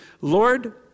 Lord